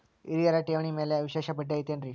ಹಿರಿಯರ ಠೇವಣಿ ಮ್ಯಾಲೆ ವಿಶೇಷ ಬಡ್ಡಿ ಐತೇನ್ರಿ?